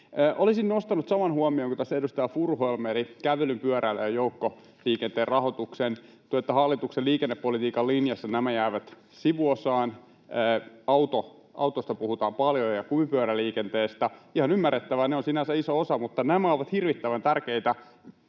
Olisin nostanut saman huomion kuin tässä edustaja Furuholm eli kävelyn, pyöräilyn ja joukkoliikenteen rahoituksen. Hallituksen liikennepolitiikan linjassa nämä jäävät sivuosaan, autosta puhutaan paljon ja kumipyöräliikenteestä. Ihan ymmärrettävää, ne ovat sinänsä iso osa, mutta nämä ovat hirvittävän tärkeitä